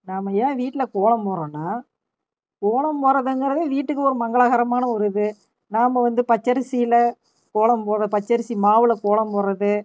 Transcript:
நாம் ஏன் வீட்டில் கோலம் போடுறோன்னா கோலம் போடுறதுங்கிறது வீட்டுக்கு ஒரு மங்களகரமான ஒரு இது நாம் வந்து பச்சரிசியில் கோலம் பச்சரிசி மாவுவில் கோலம் போடுறது